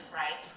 right